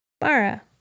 Mara